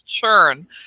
churn